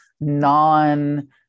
non